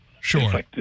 Sure